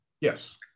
Yes